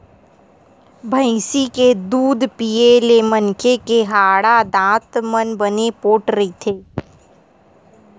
भइसी के दूद पीए ले मनखे के हाड़ा, दांत मन बने पोठ रहिथे